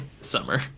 summer